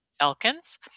elkins